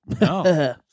No